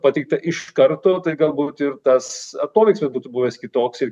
pateikta iš karto tai galbūt ir tas atoveiksmis būtų buvęs kitoks ir